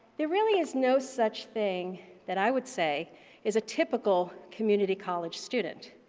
there really is no such thing that i would say is a typical community college student.